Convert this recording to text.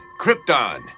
Krypton